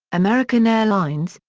american airlines,